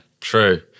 True